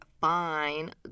fine